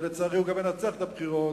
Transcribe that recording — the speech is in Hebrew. ולצערי הוא גם מנצח את הבחירות,